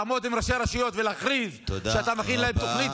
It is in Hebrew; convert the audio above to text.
לעמוד עם ראשי הרשויות ולהכריז שאתה מכין להם תוכנית,